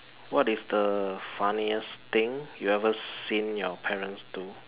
what is the funniest thing you ever seen your parents do